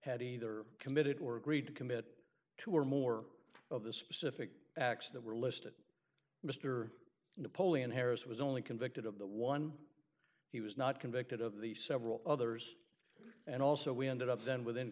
had either committed or agreed to commit two or more of the specific acts that were listed mr napoleon harris was only convicted of the one he was not convicted of the several others and also we ended up then with